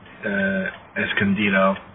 Escondido